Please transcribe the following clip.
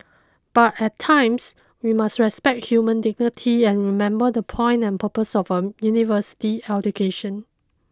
but at times we must respect human dignity and remember the point and purpose of a university education